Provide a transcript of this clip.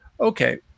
Okay